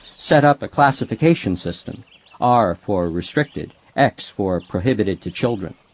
set up a classification system r for restricted, x for prohibited to children.